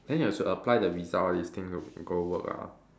then you have to apply the Visa all this thing to go work lah